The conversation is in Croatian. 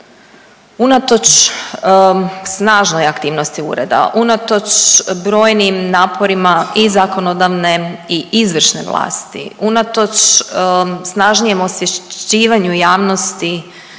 unatoč snažnoj aktivnosti ureda, unatoč brojnim naporima i zakonodavne i izvršne vlasti, unatoč snažnije osvješćivanju javnosti